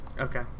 okay